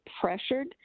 pressured